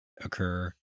occur